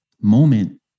moment